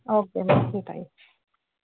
okay okay thank you